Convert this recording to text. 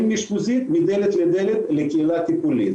מהאשפוזית מדלת לדלת לקהילה הטיפולית.